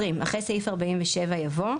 (20) אחרי סעיף 46 יבוא: